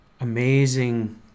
amazing